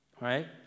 right